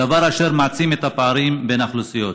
דבר אשר מעצים את הפערים בין האוכלוסיות.